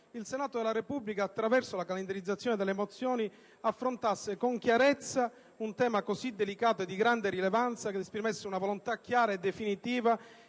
il Senato della Repubblica, attraverso la calendarizzazione delle mozioni, affrontasse con chiarezza un tema così delicato e di grande rilevanza ed esprimesse una volontà chiara e definitiva